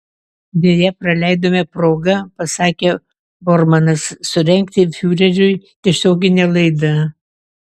deja praleidome progą pasakė bormanas surengti fiureriui tiesioginę laidą